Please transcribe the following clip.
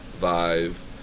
Vive